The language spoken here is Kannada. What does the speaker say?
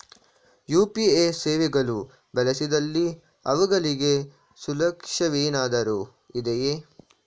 ಯು.ಪಿ.ಐ ಸೇವೆಗಳು ಬಳಸಿದಲ್ಲಿ ಅವುಗಳಿಗೆ ಶುಲ್ಕವೇನಾದರೂ ಇದೆಯೇ?